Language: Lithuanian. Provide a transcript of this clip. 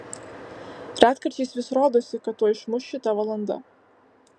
retkarčiais vis rodosi kad tuoj išmuš šita valanda